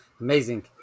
Amazing